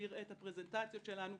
שיראה את הפרזנטציה שלנו,